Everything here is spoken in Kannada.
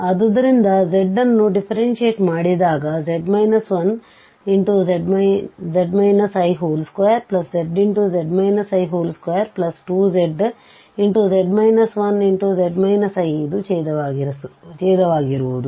ಆದ್ದರಿಂದ z ನ್ನು ದಿಫ್ಫೆರೆಂಶಿಯಟ್ ಮಾಡಿದಾಗ z 1z i2zz i22zz 1 ಇದು ಛೇದವಾಗಿರುವುದು